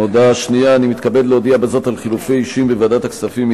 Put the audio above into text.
הודעה שנייה: אני מתכבד להודיע בזאת על חילופי אישים בוועדת הכספים.